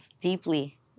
deeply